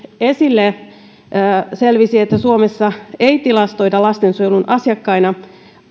esille ja selvisi oli se että suomessa ei tilastoida lastensuojelun asiakkaina